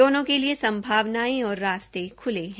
दोनों के लिए संभावनायें और रास्ते खुले है